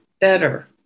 better